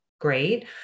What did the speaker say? great